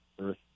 earth